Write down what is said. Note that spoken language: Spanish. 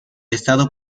estado